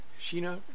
Sheena